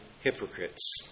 hypocrites